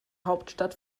hauptstadt